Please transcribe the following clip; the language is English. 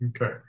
Okay